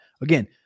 Again